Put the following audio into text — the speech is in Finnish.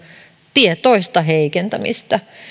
tietoista heikentämistä